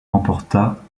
remporta